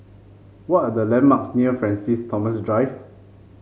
what are the landmarks near Francis Thomas Drive